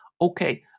okay